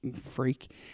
Freak